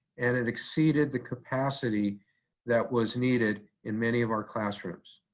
and it exceeded the capacity that was needed in many of our classrooms.